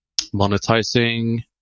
monetizing